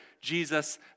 Jesus